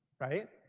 right?